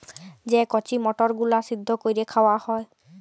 যে কঁচি মটরগুলা সিদ্ধ ক্যইরে খাউয়া হ্যয়